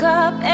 up